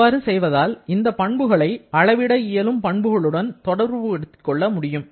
இவ்வாறு செய்வதால் இந்த பண்புகளை அளவிட இயலும் பண்புகளுடன் தொடர்பு படுத்திக் கொள்ள முடியும்